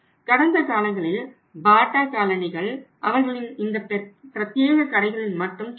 கடந்த காலங்களில் பாட்டா காலணிகள் அவர்களின் இந்த பிரத்தியேக கடைகளில் மட்டும் கிடைத்தன